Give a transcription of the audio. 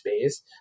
space